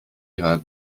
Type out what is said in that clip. ihrer